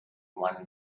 one